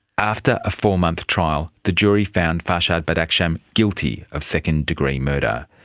after a four-month trial the jury found farshad badakhshan guilty of second degree murder.